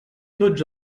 tots